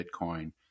Bitcoin